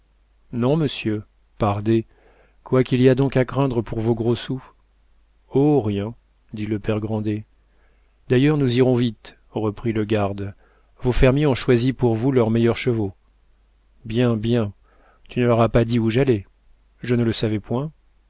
non monsieur pardé quoi qu'il y a donc à craindre pour vos gros sous oh rien dit le père grandet d'ailleurs nous irons vite reprit le garde vos fermiers ont choisi pour vous leurs meilleurs chevaux bien bien tu ne leur as pas dit où j'allais je ne le savais point